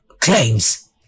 claims